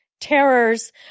terrors